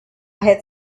had